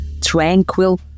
tranquil